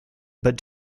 but